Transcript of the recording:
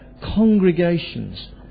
congregations